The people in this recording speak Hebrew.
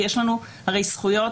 כי יש לנו הרי זכויות,